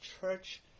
church